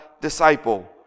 disciple